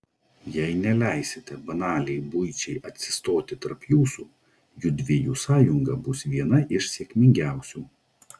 jei neleiskite banaliai buičiai atsistoti tarp jūsų judviejų sąjunga bus viena iš sėkmingiausių